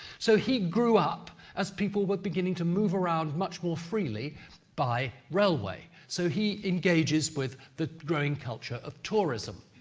so, he grew up as people were beginning to move around much more freely by railway. so, he engages with the growing culture of tourism.